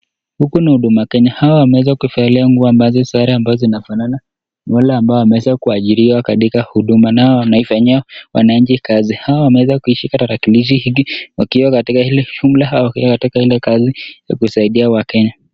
Huku ni huduma Kenya. Hawa wameweza kuvalia nguo ambazo sare ambazo zinafanana. Ni wale ambao wameweza kuajiriwa katika huduma nao wanawafanyia wananchi kazi. Hawa wameweza kuishika tarakilishi hili wakiwa katika shughuli au wakiwa katika ile hali ya kusaidia wakenya.